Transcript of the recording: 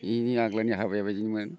इनि आग्लानि हाबाया इदिमोन